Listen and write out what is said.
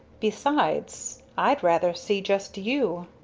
besides, i'd rather see just you.